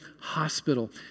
hospital